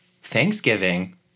Thanksgiving